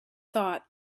thought